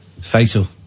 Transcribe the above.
Fatal